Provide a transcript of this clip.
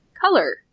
color